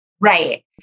Right